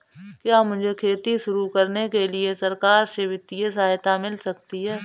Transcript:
क्या मुझे खेती शुरू करने के लिए सरकार से वित्तीय सहायता मिल सकती है?